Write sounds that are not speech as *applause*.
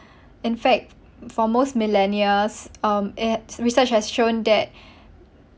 in fact for most millennials um at research has shown that *breath*